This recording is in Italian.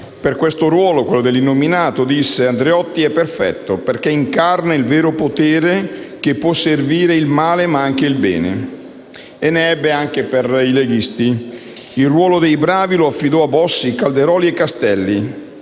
in questo ruolo dell'Innominato, disse: «Andreotti è perfetto. Perché incarna il vero potere, che può servire il male ma anche il bene». E ne ebbe anche per i leghisti: il ruolo dei «bravi» lo affibbiò a Bossi, Calderoli e Castelli.